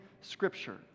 Scripture